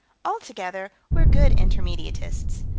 altogether, we're good intermediatists,